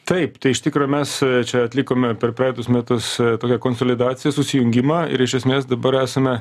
taip tai iš tikro mes čia atlikome per praeitus metus tokia konsolidaciją susijungimą ir iš esmės dabar esame